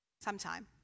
sometime